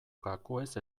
gakoez